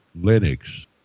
linux